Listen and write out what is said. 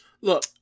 look